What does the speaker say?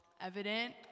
evident